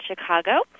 Chicago